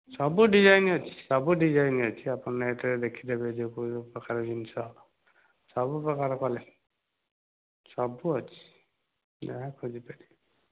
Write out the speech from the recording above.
ସବୁ ଡିଜାଇନ ଅଛି ସବୁ ଡିଜାଇନ ଅଛି ଆପଣ ନେଟ ରେ ଦେଖିଦେବେ ଯେଉଁକୁ ଯେଉଁ ପ୍ରକାର ଜିନିଷ ସବୁ ପ୍ରକାର କଲେକ୍ସନ ସବୁ ଅଛି ଯାହା ଖୋଜି ପାରିବେ